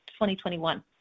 2021